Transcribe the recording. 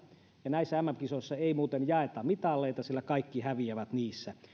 näissä mm kisoissa ei muuten jaeta mitaleita sillä kaikki häviävät niissä